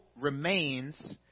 remains